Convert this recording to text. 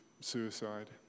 suicide